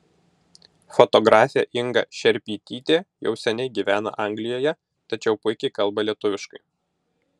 fotografė inga šerpytytė jau seniai gyvena anglijoje tačiau puikiai kalba lietuviškai